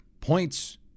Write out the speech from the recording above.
points